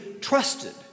trusted